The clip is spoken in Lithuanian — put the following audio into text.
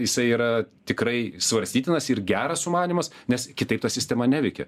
jisai yra tikrai svarstytinas ir geras sumanymas nes kitaip ta sistema neveikia